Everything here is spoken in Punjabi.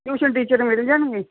ਟਿਊਸ਼ਨ ਟੀਚਰ ਮਿਲ ਜਾਣਗੇ